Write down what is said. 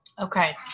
Okay